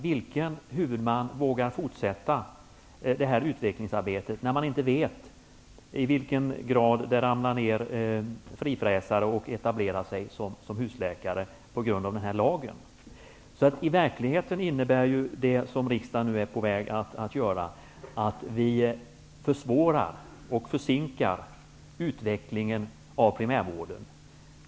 Vilken huvudman vågar fortsätta detta utvecklingsarbete när man inte vet i vilken grad det ramlar ner frifräsare och etablerar sig som husläkare på grund av den här lagen? I verkligheten innebär det som riksdagen nu är på väg att göra att vi försvårar och försinkar utvecklingen av primärvården.